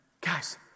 Guys